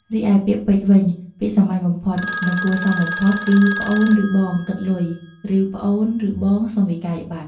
រីឯពាក្យពេចន៍វិញ ពាក្យសាមញ្ញបំផុត និងគួរសមបំផុតគឺ "ប្អូនឬបង គិតលុយ!" ឬ "ប្អូនឬបង សុំវិក្កយបត្រ!"។